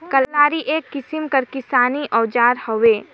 कलारी एक किसिम कर किसानी अउजार हवे